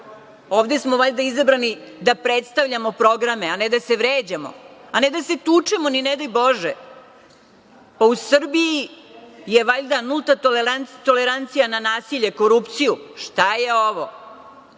Ovde smo valjda izabrani da predstavljamo programe, a ne da se vređamo, a ne da se tučemo, ni ne daj Bože. Pa, u Srbiji je valjda nulta tolerancija na nasilje korupciju. Šta je ovo?